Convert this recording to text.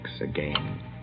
again